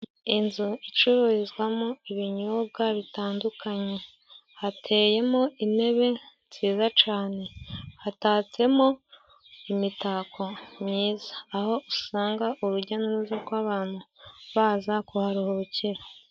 Inzu icururizwamo ibinyobwa bitandukanye, hateyemo intebe nziza cane, hatatsemo imitako myiza aho usanga urujya n'uruza rw'abantu baza kuharuhukira.